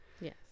Yes